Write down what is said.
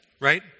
right